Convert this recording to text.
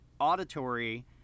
auditory